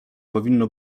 powinno